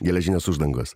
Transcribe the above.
geležinės uždangos